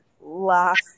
last